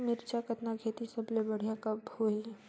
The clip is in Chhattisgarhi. मिरचा कतना खेती सबले बढ़िया कब होही?